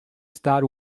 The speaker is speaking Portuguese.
star